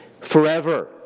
forever